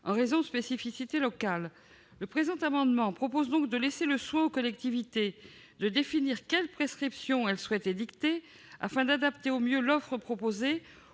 en raison de spécificités locales. Le présent amendement tend donc à laisser le soin aux collectivités de définir quelles prescriptions elles souhaitent édicter, afin d'adapter au mieux l'offre proposée